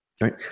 Right